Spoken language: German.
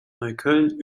neukölln